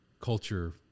culture